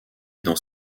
dans